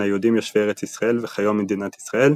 היהודים יושבי ארץ ישראל וכיום מדינת ישראל,